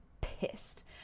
pissed